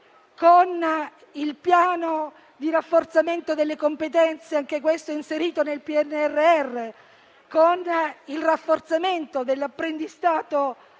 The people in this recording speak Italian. con il Piano di rafforzamento delle competenze, anch'esso inserito nel PNRR; con il rafforzamento dell'apprendistato